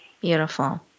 Beautiful